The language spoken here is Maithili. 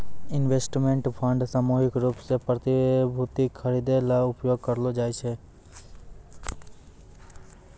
इन्वेस्टमेंट फंड सामूहिक रूप सें प्रतिभूति खरिदै ल उपयोग करलो जाय छै